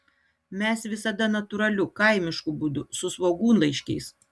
mes visada natūraliu kaimišku būdu su svogūnlaiškiais